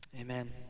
Amen